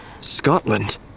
Scotland